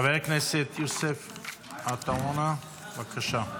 חבר הכנסת יוסף עטאונה, בבקשה.